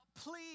Please